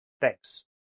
Thanks